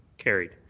carried.